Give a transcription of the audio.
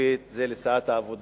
הביא את זה לאישור בסיעת העבודה,